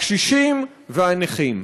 הקשישים והנכים.